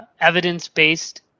evidence-based